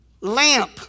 lamp